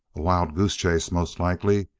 a wild-goose chase, most likely.